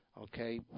okay